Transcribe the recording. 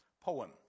poem